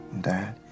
Dad